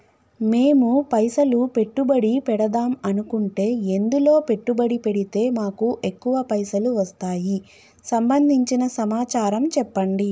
మేము పైసలు పెట్టుబడి పెడదాం అనుకుంటే ఎందులో పెట్టుబడి పెడితే మాకు ఎక్కువ పైసలు వస్తాయి సంబంధించిన సమాచారం చెప్పండి?